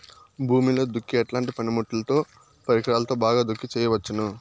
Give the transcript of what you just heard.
భూమిలో దుక్కి ఎట్లాంటి పనిముట్లుతో, పరికరాలతో బాగా దుక్కి చేయవచ్చున?